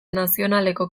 nazionaleko